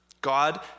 god